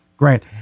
Grant